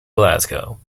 glasgow